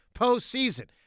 postseason